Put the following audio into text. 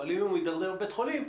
אבל אם הוא מדרדר בבית החולים,